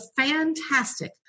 fantastic